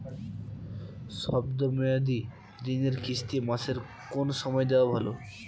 শব্দ মেয়াদি ঋণের কিস্তি মাসের কোন সময় দেওয়া ভালো?